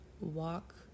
walk